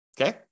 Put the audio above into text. Okay